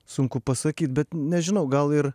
sunku pasakyt bet nežinau gal ir